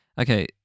okay